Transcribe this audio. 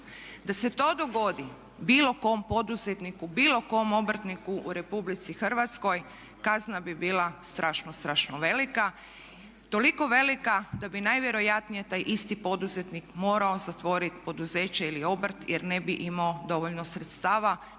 Da se to dogodi bilo kom poduzetniku, bilo kom obrtniku u Republici Hrvatskoj kazna bi bila strašno, strašno velika, toliko velika da bi najvjerojatnije taj isti poduzetnik morao zatvoriti poduzeće ili obrt jer ne bi imao dovoljno sredstava